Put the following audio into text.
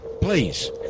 Please